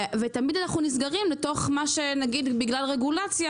תמיד אנחנו נסגרים לתוך מה שנגיד בגלל רגולציה,